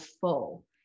full